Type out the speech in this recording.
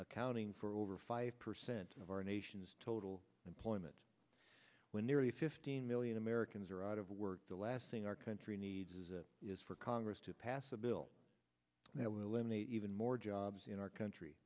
accounting for over five percent of our nation's total employment when nearly fifteen million americans are out of work the last thing our country needs is for congress to pass a bill that will eliminate even more jobs in our country